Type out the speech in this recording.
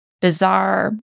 bizarre